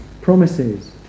promises